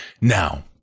Now